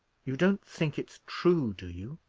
you don't think it's true, do you?